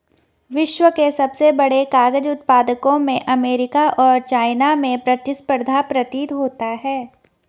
विश्व के सबसे बड़े कागज उत्पादकों में अमेरिका और चाइना में प्रतिस्पर्धा प्रतीत होता है